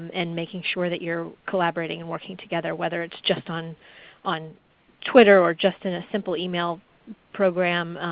and making sure that your collaborating and working together whether it's just on on twitter or just in a simple email program.